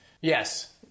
Yes